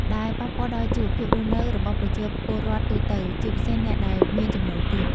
ដែលប៉ះពាល់ដល់ជីវភាពរស់នៅរបស់ប្រជាពលរដ្ឋទូទៅ ជាពិសេសអ្នកដែលមានចំណូលទាប។